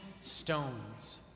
stones